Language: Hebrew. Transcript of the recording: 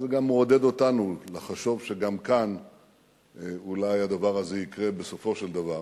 וזה גם מעודד אותנו לחשוב שגם כאן אולי הדבר הזה יקרה בסופו של דבר,